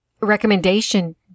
recommendation